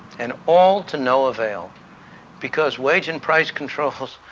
and all to no avail because wage and price controls,